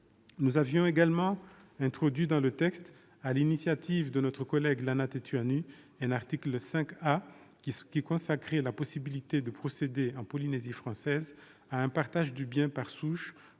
Nous avions également introduit dans le texte, sur l'initiative de notre collègue Lana Tetuanui, un article 5 A qui consacrait la possibilité de procéder, en Polynésie française, à un partage du bien par souche,